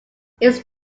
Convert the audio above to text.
its